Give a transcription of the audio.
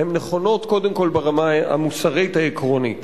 הן נכונות קודם כול ברמה המוסרית העקרונית.